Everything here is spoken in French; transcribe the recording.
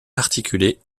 articulée